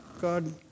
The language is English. God